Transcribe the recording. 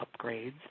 upgrades